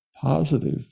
positive